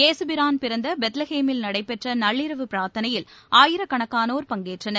ஏசுபிரான் பிறந்த பெத்லகேமில் நடைபெற்ற நள்ளிரவு பிரார்த்தனையில் ஆயிரக்கணக்கானோர் பங்கேற்றனர்